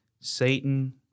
Satan